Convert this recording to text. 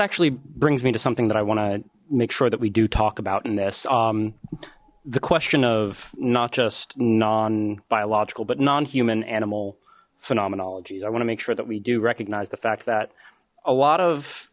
actually brings me to something that i want to make sure that we do talk about in this the question of not just non biological but non human animal phenomenology i want to make sure that we do recognize the fact that a lot of